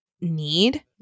Need